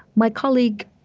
my colleague